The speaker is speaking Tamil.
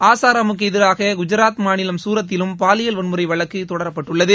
ஆசாராமுக்கு எதிராக குஜராத் மாநிலம் சூரத்திலும் பாலியல் வன்முறை வழக்கு தொடரப்பட்டுள்ளது